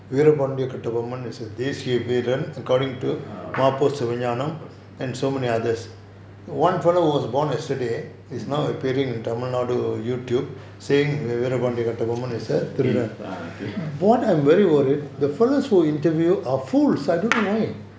uh